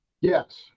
Yes